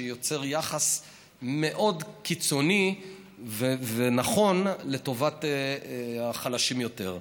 שיוצר יחס מאוד קיצוני ונכון לטובת החלשים יותר.